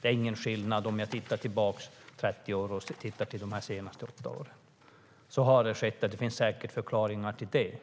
Det är ingen skillnad om man ser 30 år tillbaka i tiden eller på de senaste åtta åren. Det finns säkert förklaringar till det.